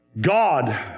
God